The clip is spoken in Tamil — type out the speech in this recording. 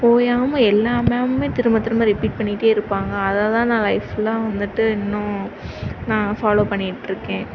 ஓயாமல் எல்லா மேமும் திரும்ப திரும்ப ரிப்பீட் பண்ணிகிட்டேருப்பாங்க அதைதான் நான் லைஃப் ஃபுல்லாக வந்துவிட்டு இன்னும் நான் ஃபாலோ பண்ணிகிட்ருக்கேன்